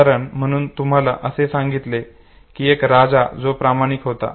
उदाहरण म्हणून तुम्हाला असे सांगितले कि एक राजा जो खूप प्रामाणिक होता